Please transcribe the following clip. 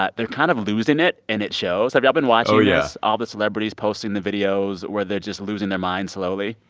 but they're kind of losing it, and it shows. have y'all been watching this. oh, yeah. all the celebrities posting the videos where they're just losing their mind slowly?